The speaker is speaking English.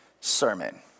sermon